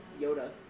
Yoda